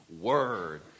Word